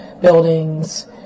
buildings